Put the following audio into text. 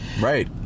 Right